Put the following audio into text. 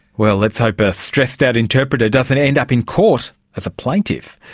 well, let's hope a stressed-out interpreter doesn't end up in court as a plaintiff.